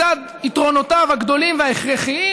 לצד יתרונותיו הגדולים וההכרחיים,